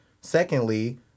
Secondly